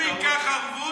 הוא ייקח ערבות,